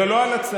זה לא הלצה.